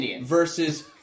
versus